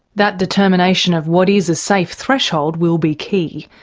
that determination of what is a safe threshold will be key.